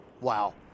Wow